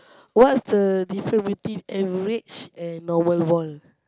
what's the different between average and normal ball